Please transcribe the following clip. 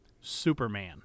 Superman